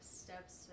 steps